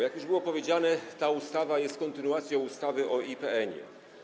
Jak już powiedziano, ta ustawa jest kontynuacją ustawy o IPN-ie.